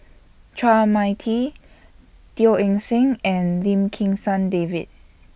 Chua Mia Tee Teo Eng Seng and Lim Kim San David